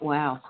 Wow